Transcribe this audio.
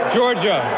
Georgia